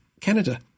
Canada